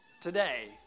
Today